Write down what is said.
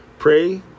Pray